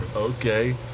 okay